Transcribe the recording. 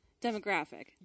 Demographic